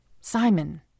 Simon